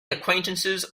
acquaintances